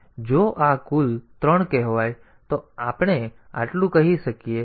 તેથી જો આ કુલ 3 કહેવાય તો આપણે આટલું કહી શકીએ